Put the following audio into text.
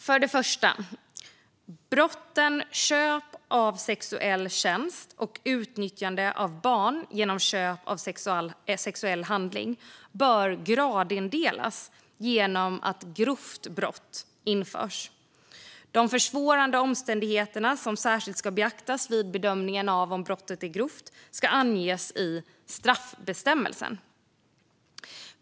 För det första: Brotten köp av sexuell tjänst och utnyttjande av barn genom köp av sexuell handling bör gradindelas genom att ett grovt brott införs. De försvårande omständigheter som särskilt ska beaktas vid bedömningen av om brottet ska är grovt ska anges i straffbestämmelsen.